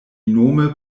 nome